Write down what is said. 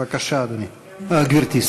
בבקשה, גברתי.